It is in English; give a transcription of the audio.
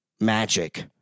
magic